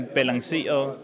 balanceret